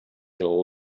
till